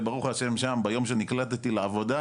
וברוך השם שם ביום שנקלטתי לעבודה,